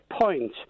point